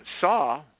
saw